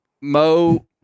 Mo